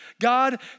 God